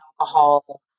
alcohol